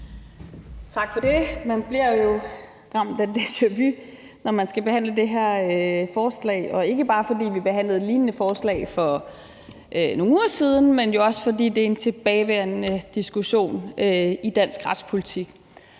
Tak for det. Man bliver jo ramt af deja-vu, når vi skal behandle det her forslag, ikke bare fordi vi behandlede lignende forslag for nogle uger siden, men jo også fordi det er en tilbagevendende diskussion i dansk retspolitik.